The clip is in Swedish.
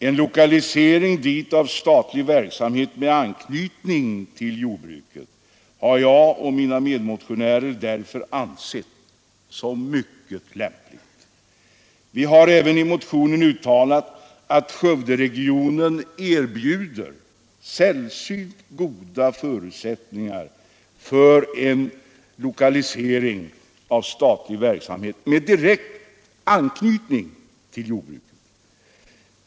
En lokalisering dit av statlig verksamhet med anknytning till jordbruket har jag och mina medmotionärer därför ansett som mycket lämplig. Vi har även i motionen uttalat att Skövderegionen erbjuder sällsynt goda förutsättningar för en lokalisering av statlig verksamhet med direkt anknytning till jordbruket.